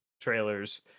trailers